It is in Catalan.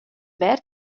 verd